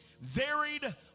varied